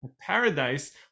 Paradise